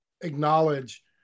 acknowledge